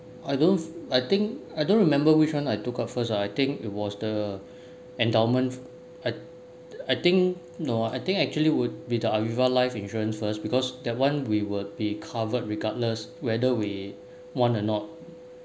I don't I think I don't remember which one I took out first ah I think it was the endowment I I think no I think actually would be the Aviva life insurance first because that one we will be covered regardless whether we want or not